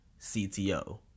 CTO